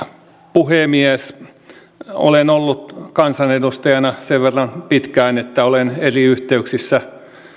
puhemies olen ollut kansanedustajana sen verran pitkään että olen eri yhteyksissä